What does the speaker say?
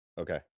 Okay